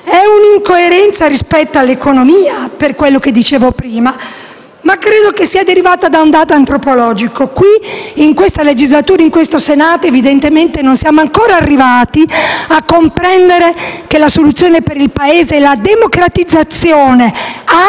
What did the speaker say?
C'è incoerenza anche rispetto all'economia, per quanto dicevo prima, e credo derivi da un dato antropologico: in questa legislatura, in questo Senato, evidentemente non siamo ancora arrivati a comprendere che la soluzione per l'Italia è la democratizzazione